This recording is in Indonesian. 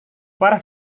parah